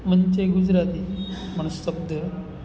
મનુ ચય ગુજરાતી મન શબ્દ